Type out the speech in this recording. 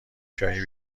چایی